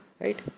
right